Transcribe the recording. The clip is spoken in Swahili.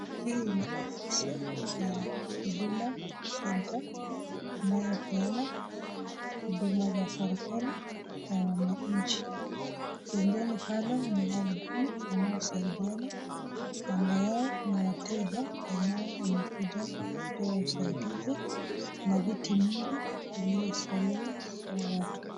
Hii ni ofisi ya huduma centre inayopeana huduma za serikali kwa wananchi, pembeni pale ni wahudumu wanaosaidiana, kando yao ni wateja ambao wamekuja kupewa usaidizi na viti mingi iliyosalia bila watu.